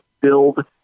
build